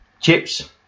chips